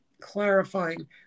clarifying